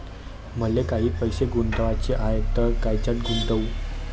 मले काही पैसे गुंतवाचे हाय तर कायच्यात गुंतवू?